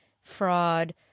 fraud